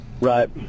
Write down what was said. right